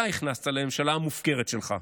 אתה, הכנסת לממשלה המופקרת שלך.